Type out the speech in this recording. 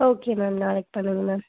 okay ma'am நாளைக்கு பண்ணுங்கள் ma'am